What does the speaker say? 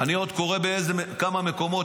אני עוד קורא בכמה מקומות,